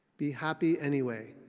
be happy anyway.